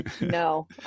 no